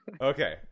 Okay